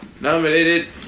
nominated